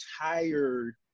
tired